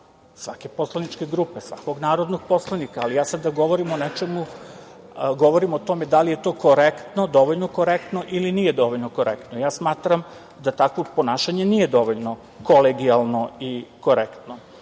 svake poslaničke grupe, svakog narodnog poslanika, ali ja sada govorim o tome da li je to korektno, dovoljno korektno ili nije dovoljno korektno. Ja smatram da takvo ponašanje nije dovoljno kolegijalno i korektno. Takođe,